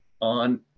on